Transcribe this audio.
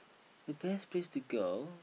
the best place to go